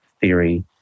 theory